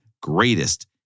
greatest